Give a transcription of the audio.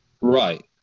Right